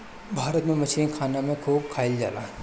भारत में मछरी खाना में खूब खाएल जाला